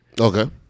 Okay